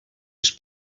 els